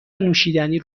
نوشیدنی